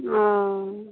अऽ